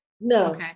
no